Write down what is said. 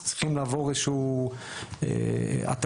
צריכים לעבור איזשהו התאמה.